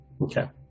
okay